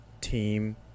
team